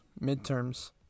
midterms